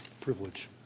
Privilege